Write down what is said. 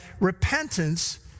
repentance